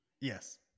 Yes